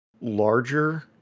larger